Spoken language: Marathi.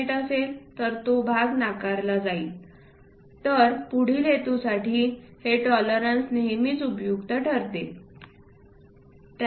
78 असेल तर तो भाग नाकारला जाईल तर पुढील हेतूसाठी हे टॉलरन्स नेहमीच उपयुक्त ठरते